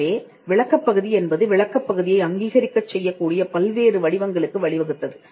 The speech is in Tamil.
எனவே விளக்கப் பகுதி என்பது விளக்கப் பகுதியை அங்கீகரிக்கச் செய்யக்கூடிய பல்வேறு வடிவங்களுக்கு வழிவகுத்தது